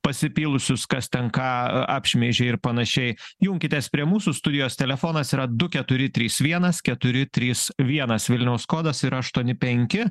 pasipylusius kas ten ką a apšmeižė ir panašiai junkitės prie mūsų studijos telefonas yra du keturi trys vienas keturi trys vienas vilniaus kodas yra aštuoni penki